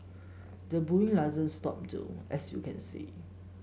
the bullying doesn't stop though as you can see